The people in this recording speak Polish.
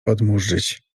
odmóżdżyć